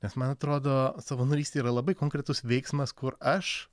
nes man atrodo savanorystė yra labai konkretus veiksmas kur aš